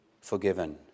forgiven